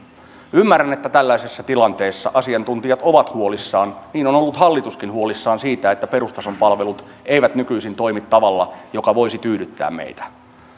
ymmärrän että tällaisessa tilanteessa asiantuntijat ovat huolissaan niin on on ollut hallituskin huolissaan siitä että perustason palvelut eivät nykyisin toimi tavalla joka voisi tyydyttää meitä